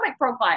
profile